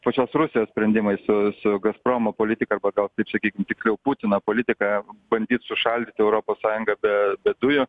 pačios rusijos sprendimais su su gazpromo politiką pagal taip sakykim tikriau putino politiką bandyt sušaldyti europos sąjungą be be dujų